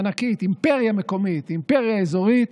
ענקית, אימפריה מקומית, אימפריה אזורית,